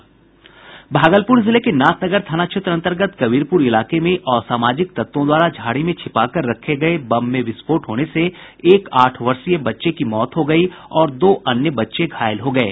भागलपुर जिले के नाथ नगर थाना क्षेत्र अंतर्गत कबीरपुर इलाके में असामाजिक तत्वों द्वारा झाड़ी में छिपाकर रखे गये बम में विस्फोट होने से एक आठ वर्षीय बच्चे की मौत हो गयी और दो अन्य बच्चे घायल हो गये